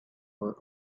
were